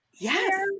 Yes